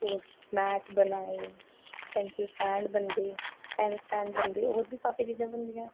और मैट बना दे पैंनसिल स्टैंड बनदे पैन स्टैंड बनदे और बी काफी चीजां बनदिया